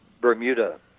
Bermuda